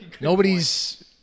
Nobody's